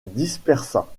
dispersa